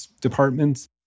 departments